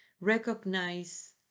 Recognize